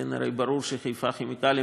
כי הרי ברור שחיפה כימיקלים,